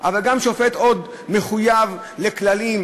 אבל גם שופט עוד מחויב לכללים,